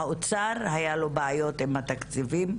עם האוצר היו בעיות תקציביות,